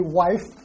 wife